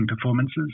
performances